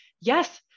yes